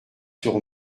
sur